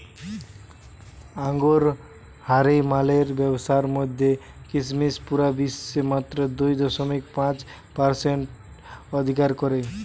আঙুরহারি মালের ব্যাবসার মধ্যে কিসমিস পুরা বিশ্বে মাত্র দুই দশমিক পাঁচ পারসেন্ট অধিকার করে